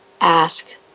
ask